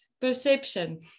perception